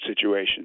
situation